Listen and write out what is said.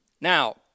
Now